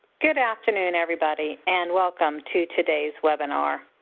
good afternoon, everybody, and welcome to today's webinar,